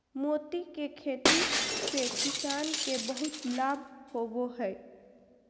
मोती के खेती से किसान के बहुत लाभ होवो हय